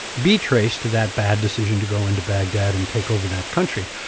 be traced to that bad decision to go into baghdad and take over that country.